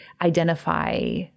identify